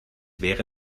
wäre